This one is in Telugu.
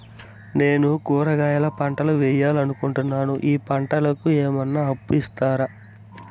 నేను కూరగాయల పంటలు వేయాలనుకుంటున్నాను, ఈ పంటలకు ఏమన్నా అప్పు ఇస్తారా?